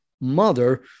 mother